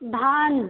धान